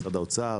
משרד האוצר,